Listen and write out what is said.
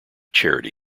charity